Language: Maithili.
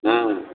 ह्म्म